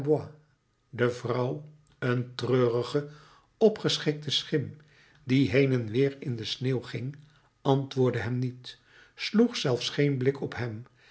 de vrouw een treurige opgeschikte schim die heen en weer in de sneeuw ging antwoordde hem niet sloeg zelfs geen blik op hem